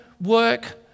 work